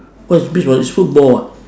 what it's beach but it's football [what]